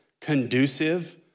conducive